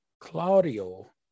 Claudio